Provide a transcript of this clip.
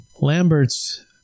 Lambert's